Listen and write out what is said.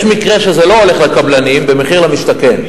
יש מקרה שזה הולך לקבלנים במחיר למשתכן.